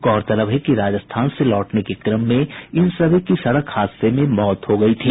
गौरतलब है कि राजस्थान से लौटने के क्रम में इन सभी की सड़क हादसे में मौत हो गयी थी